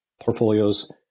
portfolios